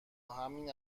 همین